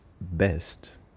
best